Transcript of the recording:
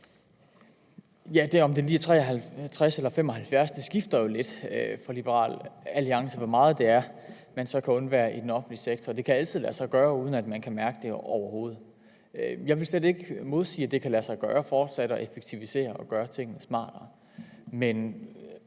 mia. kr., vil jeg sige, at det jo skifter lidt for Liberal Alliance, hvor meget man kan undvære i den offentlige sektor. Det kan altid lade sig gøre, uden at man kan mærke det overhovedet. Jeg vil slet ikke modsige, at det kan lade sig gøre fortsat at effektivisere og gøre tingene smartere,